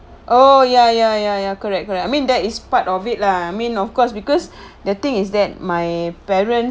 oh ya ya ya ya correct correct I mean that is part of it lah I mean of course because the thing is that my parent